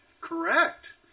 correct